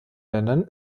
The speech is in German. ländern